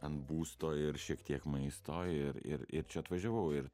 ant būsto ir šiek tiek maisto ir ir ir čia atvažiavau ir